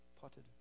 potted